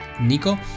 Nico